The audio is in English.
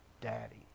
daddy